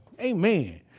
Amen